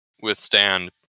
withstand